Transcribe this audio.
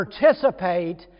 participate